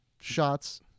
shots